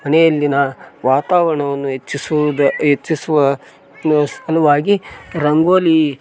ಮನೆಯಲ್ಲಿನ ವಾತಾವರನವನ್ನು ಹೆಚ್ಚಿಸುವುದ ಹೆಚ್ಚಿಸುವ ಸಲುವಾಗಿ ರಂಗೋಲಿ